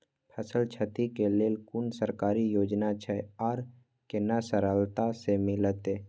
फसल छति के लेल कुन सरकारी योजना छै आर केना सरलता से मिलते?